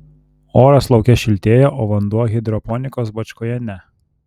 oras lauke šiltėja o vanduo hidroponikos bačkoje ne